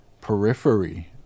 periphery